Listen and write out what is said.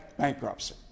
bankruptcy